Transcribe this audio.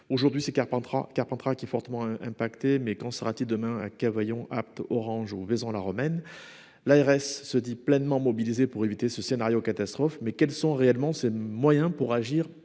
Aujourd'hui c'est qu'arpentera qui arpentera qui fortement impacté mais qu'en sera-t-il demain à Cavaillon Apt orange ou Vaison-la-Romaine. L'ARS se dit pleinement mobilisée pour éviter ce scénario catastrophe, mais quelles sont réellement ses moyens pour agir.